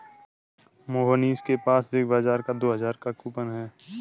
मोहनीश के पास बिग बाजार का दो हजार का कूपन है